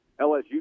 LSU